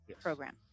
program